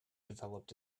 developed